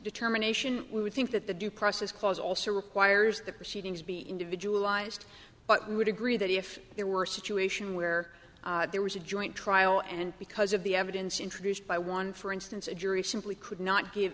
determination we would think that the due process clause also requires the proceedings be individualized but we would agree that if there were a situation where there was a joint trial and because of the evidence introduced by one for instance a jury simply could not give